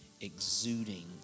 exuding